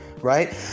right